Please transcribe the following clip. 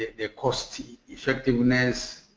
the cost effectiveness,